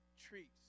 treats